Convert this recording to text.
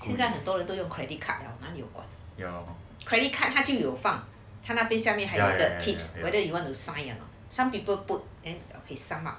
现在很多人都用 credit card 了哪里有管 your credit card 它就有放他们就下面有哪个的 tips whether you want to sign some people put in his stomach